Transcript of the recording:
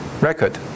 record